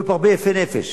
היו פה הרבה יפי נפש.